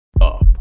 up